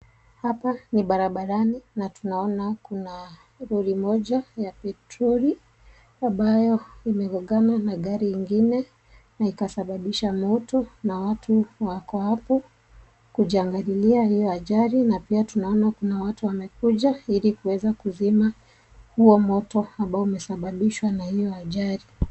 Hapa ni barabarani na tunaona kuna lori moja ya petroli ambayo imegongana na gari ingine na ikasababisha moto na watu wako hapo kujiangalilia ni ajali na pia tunaona kuna watu wamekuja ili kuweza kuzima huo moto ambao umesabababishwa na hiyo ajali.